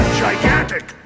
gigantic